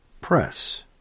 Press